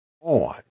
on